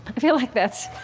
i feel like that's